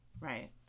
Right